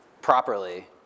properly